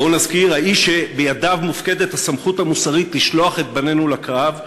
בואו נזכיר: האיש שבידיו מופקדת הסמכות המוסרית לשלוח את בנינו לקרב,